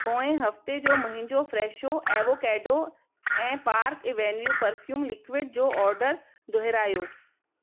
पोएं हफ़्ते जो मुंहिंजो फ्रेशो एवोकेडो ऐं पार्क ऐवेन्यू परफ्यूम लिक्विड जो ऑडर दुहिरायो